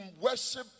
worship